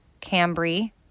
Cambry